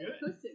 good